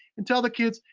and tell the kids,